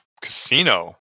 casino